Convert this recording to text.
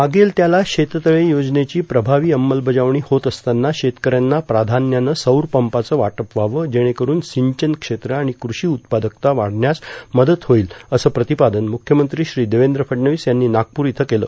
मागेल त्याला शेततळे योजनेची प्रभावी अंमलबजावणी होत असताना शेतकऱ्यांना प्राधान्यानं सौरपंपाचं वाटप व्हावं जेणेकरून सिंचन क्षेत्र आणि क्रुषी उत्पादकता वाढण्यास मदत होईल असं प्रतिपादन मुख्यमंत्री श्री देवेंद्र फडणवीस यांनी नागप्र इथं केलं